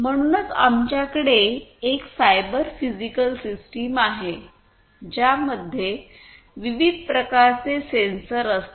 म्हणूनच आमच्याकडे एक सायबर फिजिकल सिस्टम आहे ज्यामध्ये विविध प्रकारचे सेन्सर असतात